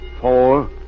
four